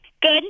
Good